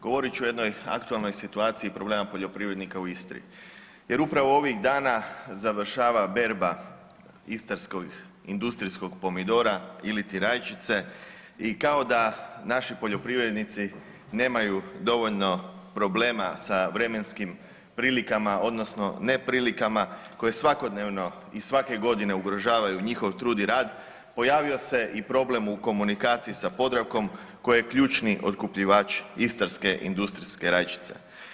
Govorit ću o jednoj aktualnoj situaciji problema poljoprivrednika u Istri jer upravo ovih dana završava berba istarskog industrijskog pomidora iliti rajčice i kao da naši poljoprivrednici nemaju dovoljno problema sa vremenskim prilikama odnosno neprilikama koje svakodnevno i svake godine ugrožavaju njihov trud i rad, pojavio se i problem u komunikaciji sa Podravkom koji je ključni otkupljivač istarske industrijske rajčice.